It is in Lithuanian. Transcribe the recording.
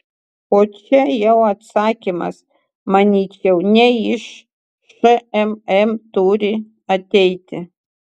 o čia jau atsakymas manyčiau ne iš šmm turi ateiti